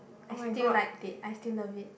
I still like it I still love it